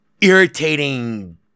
irritating